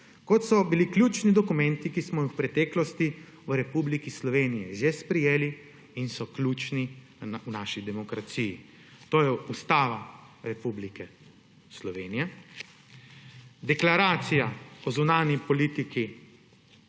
kot so bili ključni dokumenti, ki smo jih v preteklosti v Republiki Sloveniji že sprejeli in so ključni v naši demokraciji. To so Ustava Republike Slovenije, Deklaracija o zunanji politiki